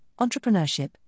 entrepreneurship